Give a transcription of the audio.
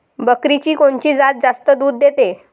बकरीची कोनची जात जास्त दूध देते?